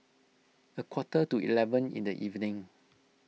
a quarter to eleven in the evening